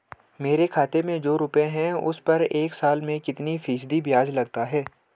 मेरे खाते में जो रुपये हैं उस पर एक साल में कितना फ़ीसदी ब्याज लगता है?